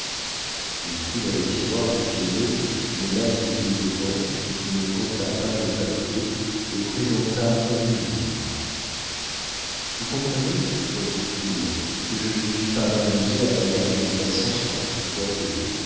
il prit dans le tiroir du piano une masse de billets de banque ne compta pas les paquets et présenta un million au marquis vous comprenez reprit-il que je ne puis pas m'amuser à regarder les passants sur la route de bordeaux